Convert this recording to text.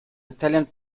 italian